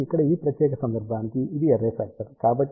కాబట్టి ఇక్కడ ఈ ప్రత్యేక సందర్భానికి ఇది అర్రే ఫ్యాక్టర్